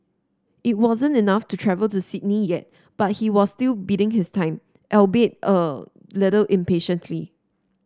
it wasn't enough to travel to Sydney yet but he was still biding his time albeit a little impatiently